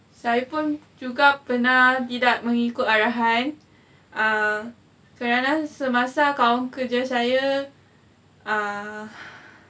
saya pun juga pernah tidak mengikut arahan err kerana semasa kawan kerja saya err